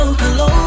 hello